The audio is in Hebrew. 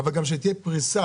אבל גם שתהיה פריסה.